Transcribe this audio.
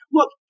Look